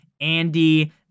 Andy